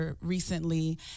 recently